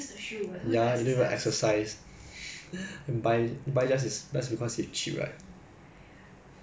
eh 划算 mah you think about it from hundred plus it's a sixty dollar at least sixty dollar decrease eh